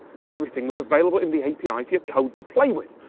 everything was available in the api for your code to play with.